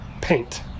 Paint